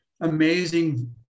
amazing